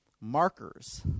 markers